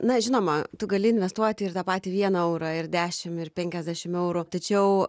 na žinoma tu gali investuoti ir tą patį vieną eurą ir dešim ir penkiasdešim eurų tačiau